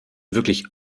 wirklich